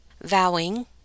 vowing